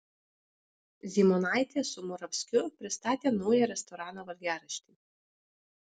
zymonaitė su moravskiu pristatė naują restorano valgiaraštį